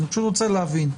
אני רוצה להבין.